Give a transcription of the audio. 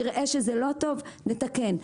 נראה שזה לא טוב נתקן,